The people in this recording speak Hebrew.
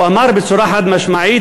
הוא אמר בצורה חד-משמעית,